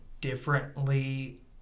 differently—